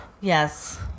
Yes